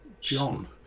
John